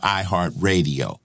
iHeartRadio